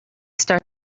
start